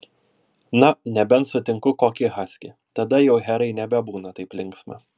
na nebent sutinku kokį haskį tada jau herai nebebūna taip linksma